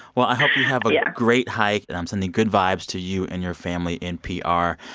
well, i hope you have a yeah great hike. and i'm sending good vibes to you and your family, npr.